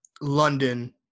london